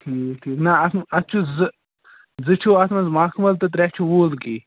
ٹھیٖک ٹھیٖک نَہ اَتھ اَتھ چھُو زٕ زٕ چھُو اَتھ منٛز مخمَل تہٕ ترٛےٚ چھِ ووٗلکِی